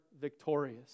victorious